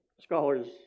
scholars